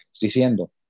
diciendo